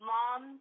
Mom